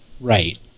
Right